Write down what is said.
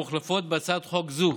מוחלפות בהצעת חוק זו.